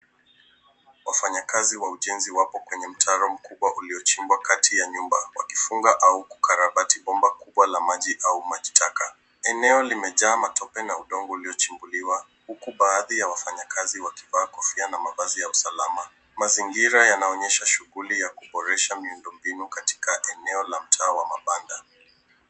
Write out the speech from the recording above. Wafanyakazi wa ujenzi wapo kwenye mtaro mkubwa ulio chimbwa kati ya nyumba, wakifunga au kukarabati bomba kubwa la maji au maji taka. Eneo limejaa matope na udongo uliochimbuliwa, huku baadhi ya wafanyakazi wakivaa kofia na mavazi ya usalama. Mazingira yanaonyesha shughuli ya kuboresha miundo mbinu katika eneo la mtaa wa mabanda.